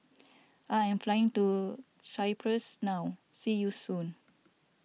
I am flying to Cyprus now see you soon